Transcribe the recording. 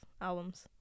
albums